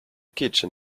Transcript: kitchen